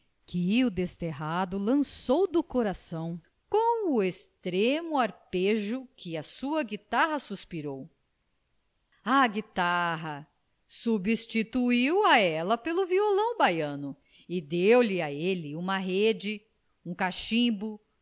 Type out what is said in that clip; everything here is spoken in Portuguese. que o desterrado lançou do coração com o extremo arpejo que a sua guitarra suspirou a guitarra substituiu a ela pelo violão baiano e deu-lhe a ele uma rede um cachimbo